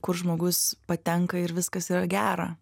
kur žmogus patenka ir viskas yra gera